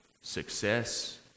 success